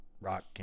rock